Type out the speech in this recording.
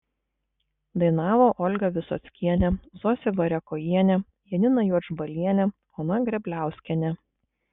dainavo olga visockienė zosė variakojienė janina juodžbalienė ona grebliauskienė